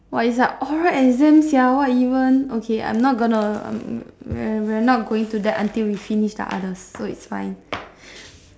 what it's like oral exam sia what even okay I'm not gonna um we we're not going to that until we finish the others so it's fine